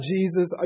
Jesus